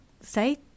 say